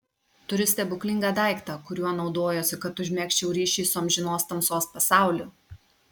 turiu stebuklingą daiktą kuriuo naudojuosi kad užmegzčiau ryšį su amžinos tamsos pasauliu